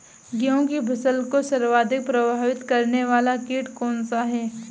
गेहूँ की फसल को सर्वाधिक प्रभावित करने वाला कीट कौनसा है?